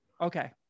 Okay